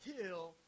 kill